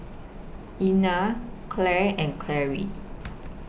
Ina Clare and Carie